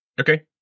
Okay